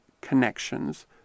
connections